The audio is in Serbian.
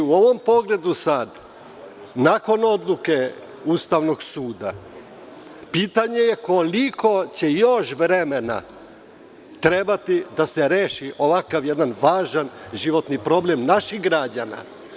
U ovom pogledu sad, nakon odluke Ustavnog suda, pitanje je – koliko će još vremena trebati da se reši ovakav jedan važan životni problem naših građana?